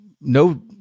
no